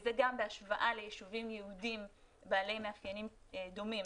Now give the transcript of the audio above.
וזה גם בהשוואה ליישובים יהודיים בעלי מאפיינים דומים,